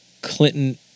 Clinton